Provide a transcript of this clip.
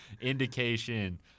indication